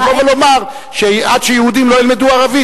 לבוא ולומר שעד שיהודים לא ילמדו ערבית,